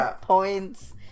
Points